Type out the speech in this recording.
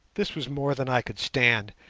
this was more than i could stand.